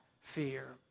fear